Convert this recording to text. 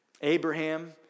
Abraham